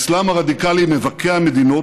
האסלאם הרדיקלי מבקע מדינות,